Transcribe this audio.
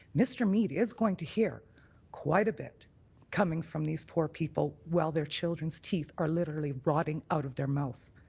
mr. meade is going to hear quite a bit coming from these poor people while their children's teeth are literally rotting out of their mouth.